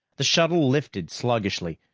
the shuttle lifted sluggishly,